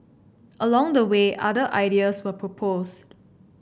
along the way other ideas were proposed